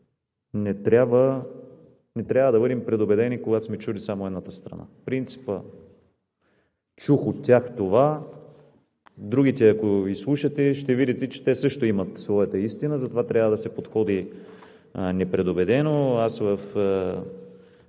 не трябва да бъдем предубедени, когато сме чули само едната страна. Принципът: чух от тях това, другите, ако ги изслушате, ще видите, че те също имат своята истина. Затова трябва да се подходи непредубедено. Аз